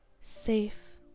safe